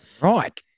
Right